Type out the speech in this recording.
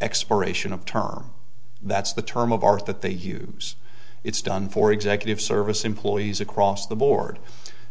expiration of term that's the term of art that they use it's done for executive service employees across the board